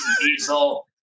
diesel